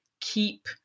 keep